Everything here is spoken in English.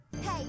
Hey